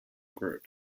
group